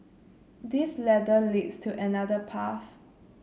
this ladder leads to another path